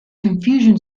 confusion